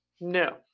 no